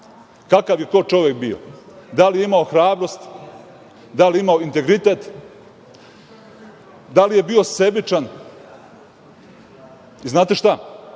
kakav je to čovek bio, da li je ima hrabrost, da li imao integritet, da li je bio sebičan? Znate šta,